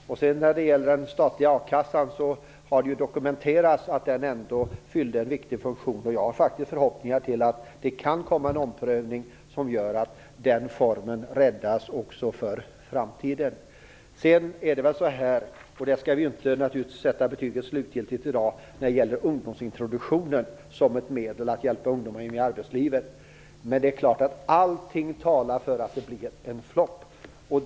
Det har dokumenterats att den statliga a-kassan fyllde en viktig funktion. Jag har faktiskt förhoppningar om att det kan komma en omprövning som gör att den formen räddas också för framtiden. Vi skall inte sätta slutgiltigt betyg i dag när det gäller ungdomsintroduktionen som ett medel för att hjälpa ungdomar in i arbetslivet. Men allting talar för att det blir en flopp.